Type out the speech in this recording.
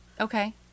Okay